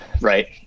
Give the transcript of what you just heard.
right